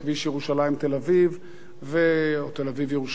ירושלים תל-אביב או תל-אביב ירושלים,